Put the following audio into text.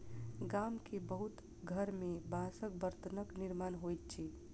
गाम के बहुत घर में बांसक बर्तनक निर्माण होइत अछि